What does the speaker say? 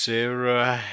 Sarah